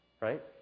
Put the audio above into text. Right